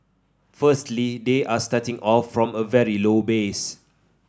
firstly they are starting off from a very low base